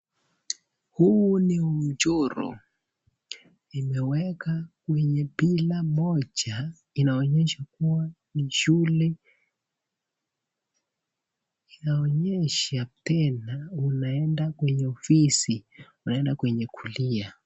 Huu ni mchoro. Imewekwa kwenye pila moja inaonyesha kuwa ni shule. Inaonyesha tena unaenda kwenye ofisi, unaenda kwenye kulia.